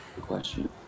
Question